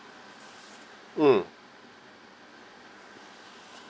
mm